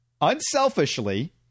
unselfishly